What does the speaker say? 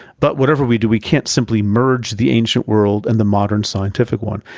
but whatever we do, we can't simply merge the ancient world and the modern scientific one.